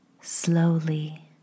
slowly